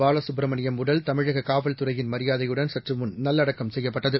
பாலசுப்பிரமணியம் உடல் தமிழக காவல்துறையின் மரியாதையுடன் சற்றுமுன் நல்லடக்கம் செய்யப்பட்டது